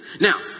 Now